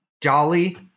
jolly